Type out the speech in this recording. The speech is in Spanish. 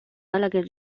gallagher